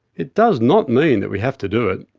it does not mean that we have to do it?